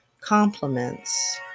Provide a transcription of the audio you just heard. compliments